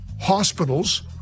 hospitals